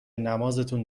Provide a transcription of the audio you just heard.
نمازتون